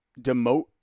demote